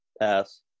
pass